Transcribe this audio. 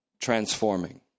transforming